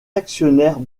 actionnaires